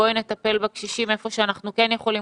בואי נטפל בקשישים איפה שאנחנו כן יכולים